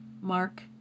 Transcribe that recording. Mark